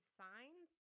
signs